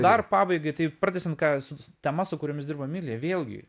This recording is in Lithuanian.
dar pabaigai tai pratęsiant ką su temas su kuriomis dirba emilija vėlgi